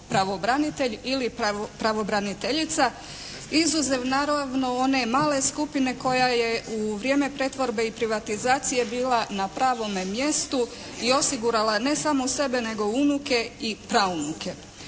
pravobranitelj ili pravobraniteljica izuzev naravno one male skupine koja je u vrijeme pretvorbe i privatizacije bila na pravome mjestu i osigurala ne samo sebe nego unuke i praunuke.